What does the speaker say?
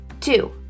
Two